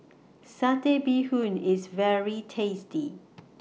Satay Bee Hoon IS very tasty